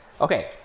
Okay